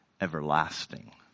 everlasting